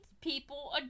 people